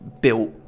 built